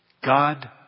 God